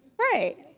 right.